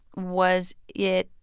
was it.